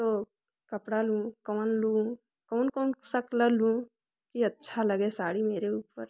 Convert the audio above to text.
तो कपड़ा लूँ कौन लूँ कौन कौन सा कलर लूँ कि अच्छा लगे साड़ी मेरे ऊपर